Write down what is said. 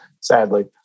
sadly